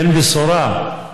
תן בשורה,